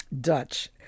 Dutch